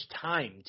time